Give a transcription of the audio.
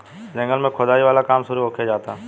जंगल में खोदाई वाला काम शुरू होखे जाता